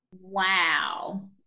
Wow